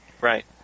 Right